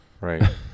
Right